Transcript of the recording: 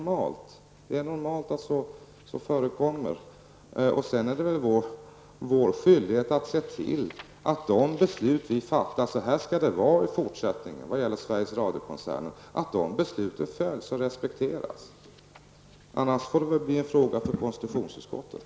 Men det är normalt att det förekommer. Det är vår skyldighet att se till att de beslut vi fattar om hur det skall vara i Sveriges Radio-koncernen i fortsättningen följs och respekteras. Annars får det väl bli en fråga för konstitutionsutskottet.